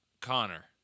Connor